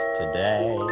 today